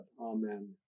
Amen